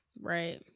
right